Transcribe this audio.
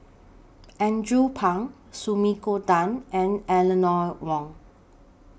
Andrew Phang Sumiko Tan and Eleanor Wong